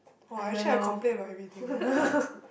!wah! actually I complain about everything eh